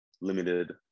limited